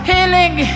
Healing